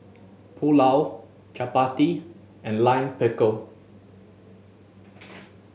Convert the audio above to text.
Pulao Chapati and Lime Pickle